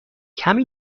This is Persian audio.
کمی